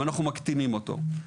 אבל אנחנו מקטינים אותו.